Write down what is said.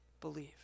believe